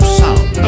sound